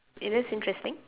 eh that's interesting